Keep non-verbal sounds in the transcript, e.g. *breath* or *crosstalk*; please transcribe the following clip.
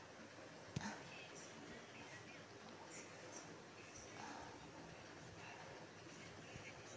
*breath*